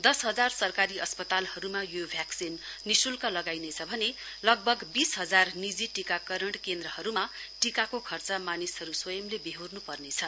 दश हजार सरकारी अस्पतालहरूमा यो भ्याक्सिन निशुल्क लगाइनेछ भने लगभग बीस हजार निजी टिकाकरण केन्द्रहरूमा टीकाको खर्च मानिसहरू स्वयंले बेहोर्नुपर्नेछ